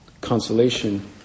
consolation